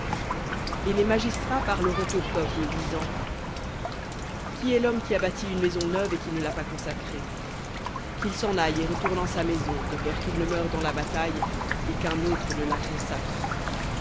et les magistrats parleront au peuple disant qui est l'homme qui a bâti une maison neuve et qui ne l'a pas consacrée qu'il s'en aille et retourne en sa maison de peur qu'il ne meure dans la bataille et qu'un autre ne la consacre